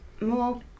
more